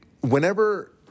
whenever